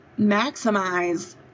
maximize